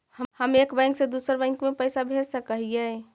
हम एक बैंक से दुसर बैंक में पैसा भेज सक हिय?